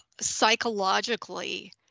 psychologically